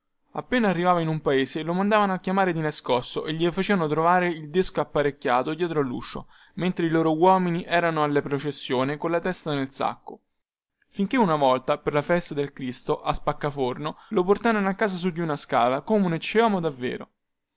appena arrivava in un paese lo mandavano a chiamare di nascosto e gli facevano trovare il desco apparecchiato dietro luscio mentre i loro uomini erano alla processione colla testa nel sacco finchè une volta per la festa del cristo a spaccaforno lo portarono a casa su di una scala come un ecceomo davvero